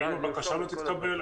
אם הבקשה לא תתקבל,